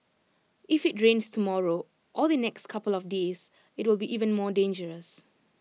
if IT rains tomorrow or the next couple of days IT will be even more dangerous